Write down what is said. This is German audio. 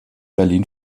berlin